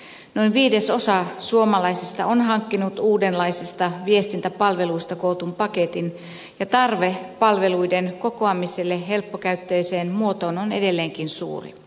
noin viidesosa suomalaisista on hankkinut uudenlaisista viestintäpalveluista kootun paketin ja tarve palveluiden kokoamiselle helppokäyttöiseen muotoon on edelleenkin suuri